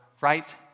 right